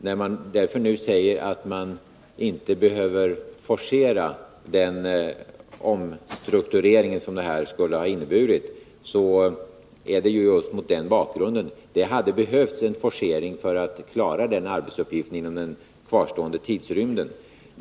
När man därför nu säger att man inte behöver forcera den omstrukturering som detta skulle ha inneburit, så är det just mot bakgrund av att det hade behövts en forcering för att klara den arbetsuppgiften inom den kvarstående tidsrymden.